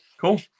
cool